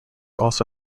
also